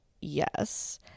yes